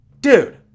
dude